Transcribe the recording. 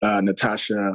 Natasha